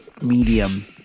medium